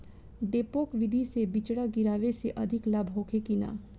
डेपोक विधि से बिचड़ा गिरावे से अधिक लाभ होखे की न?